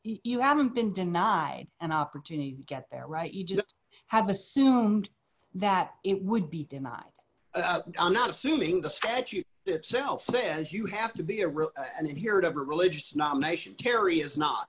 you haven't been denied an opportunity to get there right you just have assumed that it would be denied i'm not assuming the statute itself says you have to be a real and hear it every religious nomination kerry is not